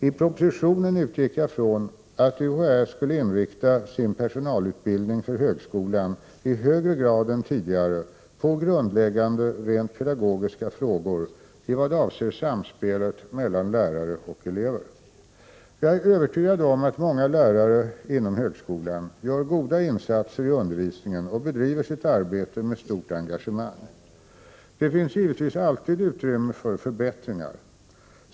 I propositionen utgick jag från att UHÄ skulle inrikta sin personalutbildning för högskolan i högre grad än tidigare på grundläggande rent pedagogiska frågor i vad avser samspelet mellan lärare och elever. Jag är övertygad om att många lärare inom högskolan gör goda insatser i undervisningen och bedriver sitt arbete med stort engagemang. Det finns givetvis alltid utrymme för förbättringar.